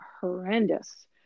horrendous